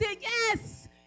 yes